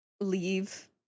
leave